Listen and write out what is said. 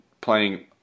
playing